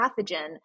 pathogen